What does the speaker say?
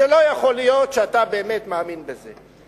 לא יכול להיות שאתה באמת מאמין בזה.